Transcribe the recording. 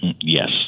Yes